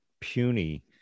puny